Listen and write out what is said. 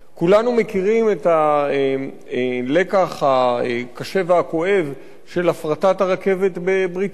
כולנו מכירים את הלקח הקשה והכואב של הפרטת הרכבת בבריטניה.